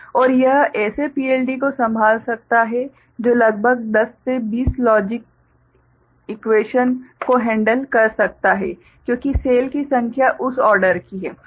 और यह ऐसे PLD को संभाल सकता है जो लगभग 10 से 20 लॉजिक इक्वेशन को हैंडल कर सकता है क्योंकि सेल की संख्या उस ऑर्डर की है